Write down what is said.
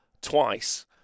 twice